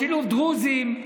בשילוב דרוזים,